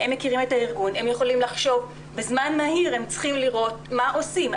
הם מכירים את הארגון ובזמן מהיר הם צריכים לראות מה עושים.